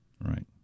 Right